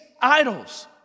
idols